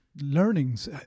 learnings